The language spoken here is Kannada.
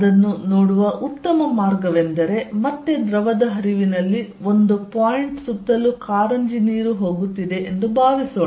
ಅದನ್ನು ನೋಡುವ ಉತ್ತಮ ಮಾರ್ಗವೆಂದರೆ ಮತ್ತೆ ದ್ರವದ ಹರಿವಿನಲ್ಲಿ ಒಂದು ಪಾಯಿಂಟ್ ಸುತ್ತಲೂ ಕಾರಂಜಿ ನೀರು ಹೋಗುತ್ತಿದೆ ಎಂದು ಭಾವಿಸೋಣ